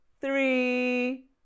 three